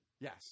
Yes